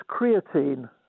creatine